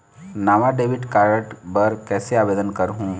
नावा debit card बर कैसे आवेदन करहूं?